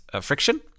friction